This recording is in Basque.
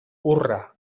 hurra